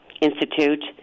Institute